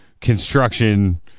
construction